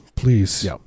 Please